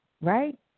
right